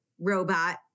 robot